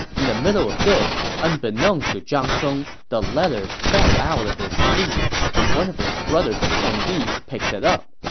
in the middle of this, unbeknownst to zhang song, the letter fell out of his sleeve, and one of his brother's attendees picked it up.